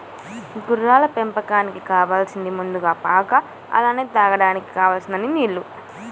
గొర్రెల పెంపకానికి కావాలసింది ముందుగా పాక అలానే తాగడానికి కావలసినన్ని నీల్లు